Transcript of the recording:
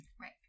Right